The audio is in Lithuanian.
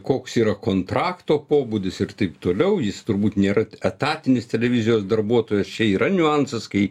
koks yra kontrakto pobūdis ir taip toliau jis turbūt nėra etatinis televizijos darbuotojas čia yra niuansas kai